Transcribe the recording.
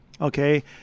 Okay